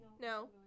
No